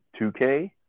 2K